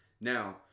Now